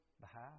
behalf